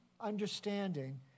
understanding